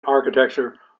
architecture